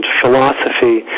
philosophy